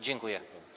Dziękuję.